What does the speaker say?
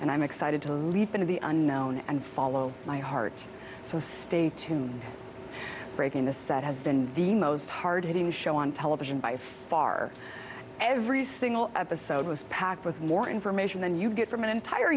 and i'm excited to leap into the unknown and follow my heart so stay tuned breaking the set has been the most hard hitting show on television by far every single episode was packed with more information than you get from an entire